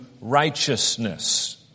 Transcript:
righteousness